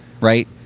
right